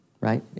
right